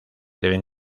deben